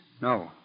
No